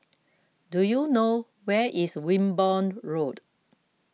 do you know where is Wimborne Road